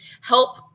help